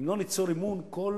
אם לא ניצור אמון, כל